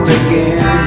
again